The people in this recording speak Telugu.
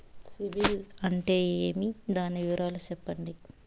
సిబిల్ అంటే ఏమి? దాని వివరాలు సెప్పండి?